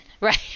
right